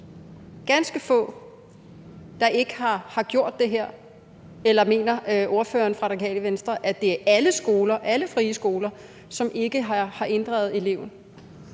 ganske få – der ikke har gjort det her, eller mener ordføreren for Radikale Venstre, at det er alle frie skoler, som ikke har inddraget eleven?